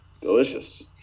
delicious